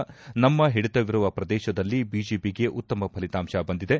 ನಮ್ಮ ಹಿಡಿತವಿರುವ ಪ್ರದೇಶದಲ್ಲಿ ಬಿಜೆಪಿಗೆ ಉತ್ತಮ ಫಲಿತಾಂಶ ಬಂದಿದೆ